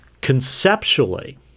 conceptually